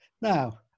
Now